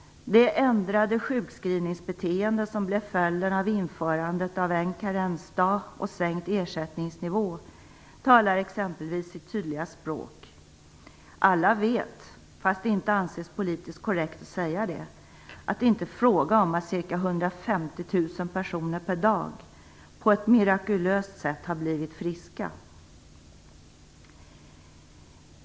Det ändrade sjukskrivningsbeteende som blev följden av införandet av en karensdag och sänkt ersättningsnivå talar exempelvis sitt tydliga språk. Alla vet - fast det inte anses politiskt korrekt att säga det - att det inte är fråga om att ca 150 000 personer per dag på ett mirakulöst sätt har blivit friska.